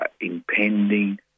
impending